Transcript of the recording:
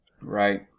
Right